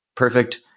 perfect